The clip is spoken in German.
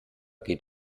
geht